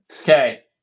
Okay